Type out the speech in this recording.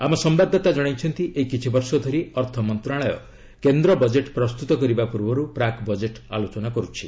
ଆମ ସମ୍ଭାଦଦାତା ଜଣାଇଛନ୍ତି ଏଇ କିଛି ବର୍ଷ ଧରି ଅର୍ଥ ମନ୍ତ୍ରଣାଳୟ କେନ୍ଦ୍ର ବଜେଟ୍ ପ୍ରସ୍ତୁତ କରିବା ପୂର୍ବରୁ ପ୍ରାକ୍ ବଜେଟ୍ ଆଲୋଚନା କରୁଛି